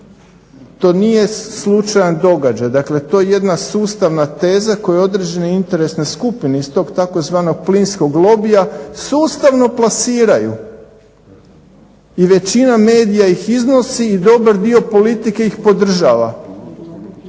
to nije slučajan događaj, dakle to je jedna sustavna teza koju određene interesne skupine iz tog tzv. plinskog lobija sustavno plasiraju i većina medija ih iznosi i dobar dio politike ih podržava